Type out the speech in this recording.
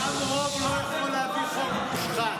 גם רוב לא יכול להביא חוק מושחת.